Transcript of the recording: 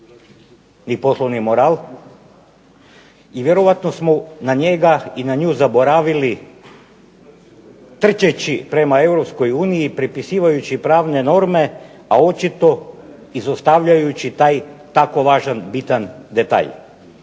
ni poslovni moral, i vjerovatno smo na njega i na nju zaboravili trčeći prema Europskoj uniji, prepisivajući pravne norme, a očito izostavljajući taj tako važan, bitan detalj.